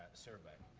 survey.